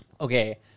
Okay